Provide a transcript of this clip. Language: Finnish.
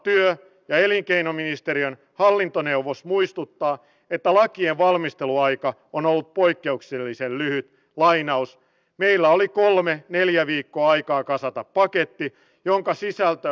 se ilmastonmuutos jonka edustaja aalto mainitsi kyllä me suomalaiset täällä saamme ruoskia itseämme kuin sunnimuslimit ja mitään ei tapahdu muuta kuin jälkiä tulee